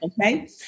okay